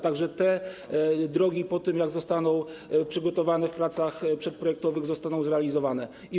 Tak że te drogi po tym, jak zostaną przygotowane w pracach przedprojektowych, zostaną zrealizowane.